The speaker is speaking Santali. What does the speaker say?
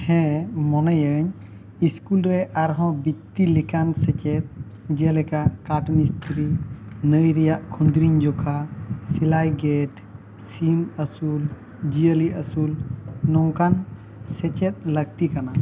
ᱦᱮᱸ ᱢᱚᱱᱮᱭᱟᱹᱧ ᱤᱥᱠᱩᱞ ᱨᱮ ᱟᱨ ᱦᱚᱸ ᱵᱤᱛᱛᱤ ᱞᱮᱠᱟᱱ ᱥᱮᱪᱮᱫ ᱡᱮᱞᱮᱠᱟ ᱠᱟᱴ ᱢᱤᱥᱛᱨᱤ ᱱᱟᱹᱭ ᱨᱮᱭᱟᱜ ᱠᱷᱚᱸᱫᱽᱨᱤᱧ ᱡᱚᱠᱷᱟ ᱥᱮᱞᱟᱭ ᱜᱮᱴ ᱥᱤᱢ ᱟᱹᱥᱩᱞ ᱡᱤᱭᱟᱹᱞᱤ ᱟᱹᱥᱩᱞ ᱱᱚᱝᱠᱟᱱ ᱥᱮᱪᱮᱫ ᱞᱟᱹᱠᱛᱤ ᱠᱟᱱᱟ